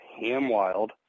ham-wild